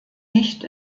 nicht